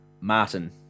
Martin